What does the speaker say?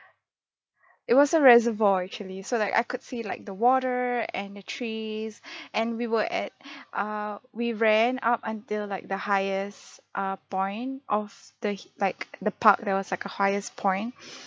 it was a reservoir actually so like I could see like the water and the trees and we were at err we ran up until like the highest err point of the hi~ like the park there was like a highest point